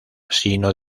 sino